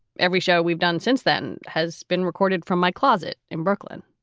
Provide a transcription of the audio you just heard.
every show we've done since then has been recorded from my closet in brooklyn.